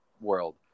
world